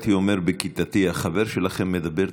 ככה הייתי אומר בכיתתי: החבר שלכם מדבר,